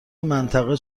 منطقه